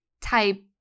type